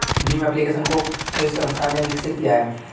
Bhim application को किस संस्था ने विकसित किया है?